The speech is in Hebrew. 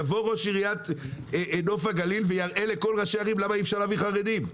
יבוא ראש עירית נוף הגליל ויראה לכל ראשי הערים למה אי אפשר לקבל חרדים,